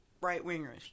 right-wingers